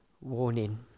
warning